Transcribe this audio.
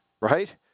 right